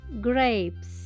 grapes